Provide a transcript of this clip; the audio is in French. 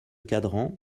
cadran